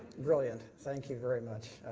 brilliant, thank you very much.